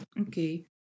Okay